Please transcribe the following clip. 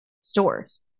stores